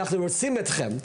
אנחנו רוצים אתכם.